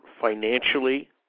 financially